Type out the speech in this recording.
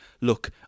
look